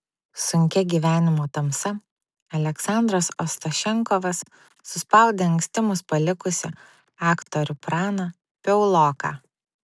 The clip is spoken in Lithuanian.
sunkia gyvenimo tamsa aleksandras ostašenkovas suspaudė anksti mus palikusį aktorių praną piauloką